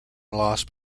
lost